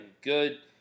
good